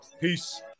Peace